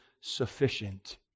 sufficient